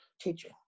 teacher